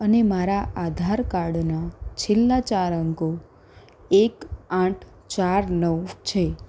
અને મારા આધાર કાર્ડના છેલ્લા ચાર અંકો એક આઠ ચાર નવ છે